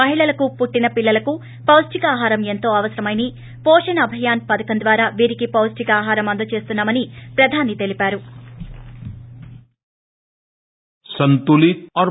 మహిళలకు పుట్టిన పిల్లలకు పాష్టిక ఆహారం ఏంతో అవసరమని పోషణ్ అభయాస్ పధకం ద్వారా వీరికి పొష్లిక ఆహారం అందజేస్తున్నా మని ప్రధాని తెలిపారు